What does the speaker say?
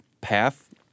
path